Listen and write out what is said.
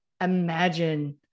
imagine